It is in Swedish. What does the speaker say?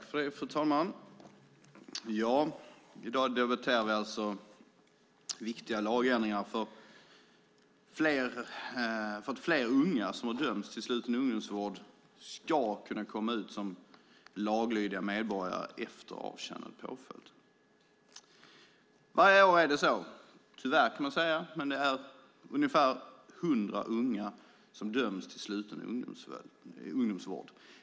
Fru talman! I dag debatterar vi viktiga lagändringar för att fler unga som har dömts till sluten ungdomsvård ska kunna komma ut som laglydiga medborgare efter avtjänad påföljd. Varje år är det - tyvärr, kan man säga - ungefär 100 unga som döms till sluten ungdomsvård.